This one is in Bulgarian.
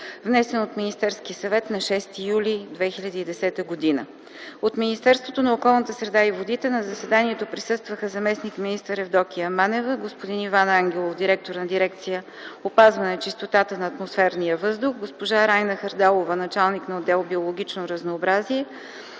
въздух”, госпожа Райна Хардалова – началник на отдел „Биологично разнообразие”,